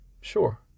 sure